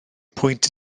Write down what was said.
pwynt